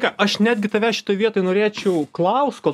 ką aš netgi tavęs šitoj vietoj norėčiau klaust kol